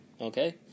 Okay